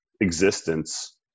existence